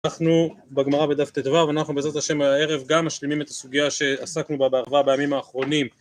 אנחנו בגמרא בדף ט"ו. ואנחנו בעזרת השם הערב גם משלימים את הסוגיה שעסקנו בה בהרחבה בימים האחרונים.